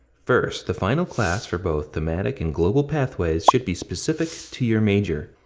first, the final class for both thematic and global pathways should be specific to your major.